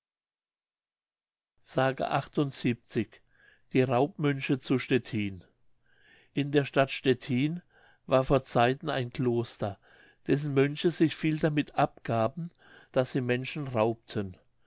s die raubmönche zu stettin in der stadt stettin war vor zeiten ein kloster dessen mönche sich viel damit abgaben daß sie menschen raubten